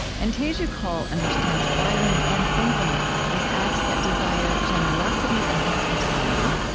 and teju cole understands writing and thinking as acts that desire generosity and hospitality,